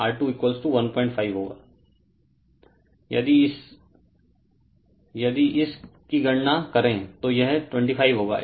Refer Slide Time 0837 यदि इस की गणना करें तो यह 25 होगा